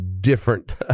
different